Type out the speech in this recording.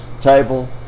Table